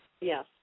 yes